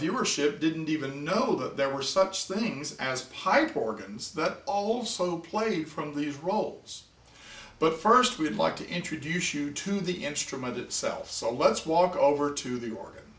viewership didn't even know that there were such things as pipe organs that also play from these roles but first we'd like to introduce you to the instrument itself so let's walk over to the orgon